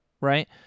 right